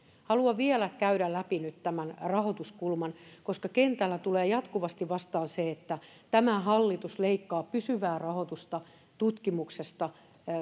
haluan viedä käydä läpi tämän rahoituskulman koska kentällä tulee jatkuvasti vastaan se että tämä hallitus leikkaa pysyvää rahoitusta tutkimuksesta